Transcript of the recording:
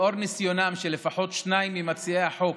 לאור ניסיונם של לפחות שניים ממציעי החוק